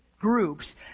groups